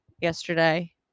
yesterday